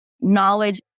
knowledge